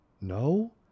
No